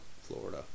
Florida